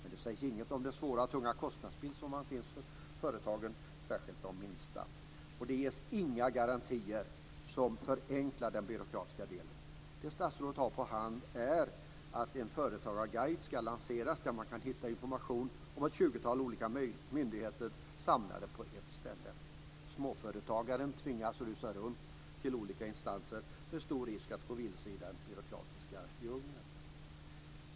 Det sägs ingenting om den svåra, tunga kostnadsbild som finns för särskilt de minsta företagen. Det ges inga garantier som förenklar den byråkratiska delen. Det statsrådet har på hand är att en företagarguide ska lanseras där det ska gå att hitta information från ett tjugotal olika myndigheter. Småföretagaren tvingas rusa runt till olika instanser med stor risk att gå vilse i den byråkratiska djungeln.